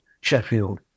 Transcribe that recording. Sheffield